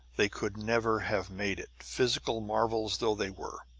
they could never have made it, physical marvels though they were.